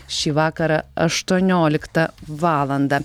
šį vakarą aštuonioliktą valandą